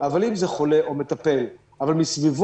אבל אם זה חולה או מטפל, אבל מסביבו